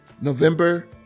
November